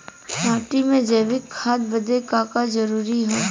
माटी में जैविक खाद बदे का का जरूरी ह?